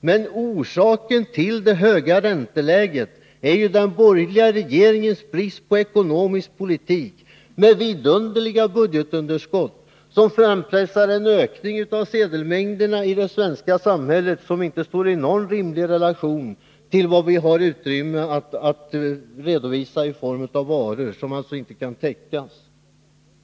Men orsaken till det höga ränteläget är ju den borgerliga regeringens brist på ekonomisk politik, med vidunderliga budgetunderskott som frampressar en ökning av sedelmängderna i Sverige som inte står i någon rimlig relation till det utrymme i form av varor som vi har att redovisa, vilket alltså inte kan täckas.